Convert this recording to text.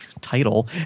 title